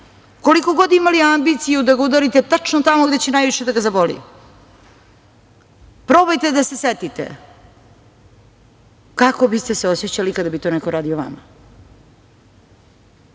koliko god imali ambiciju da ga udarite tačno tamo gde će najviše da ga zaboli, probajte da se setite kako biste se osećali kada bi to neko radio vama,